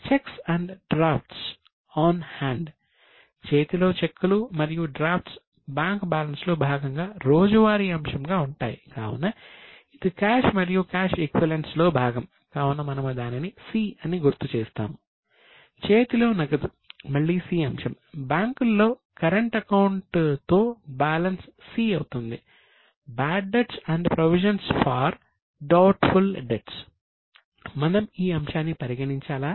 financial assets మనం ఈ అంశాన్ని పరిగణించాలా